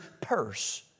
purse